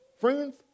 Friends